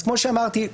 כמו שאמרתי,